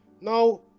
Now